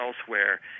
elsewhere